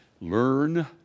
Learn